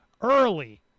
early